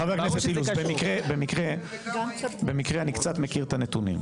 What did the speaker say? חבר הכנסת אילוז, במקרה אני קצת מכיר את הנתונים.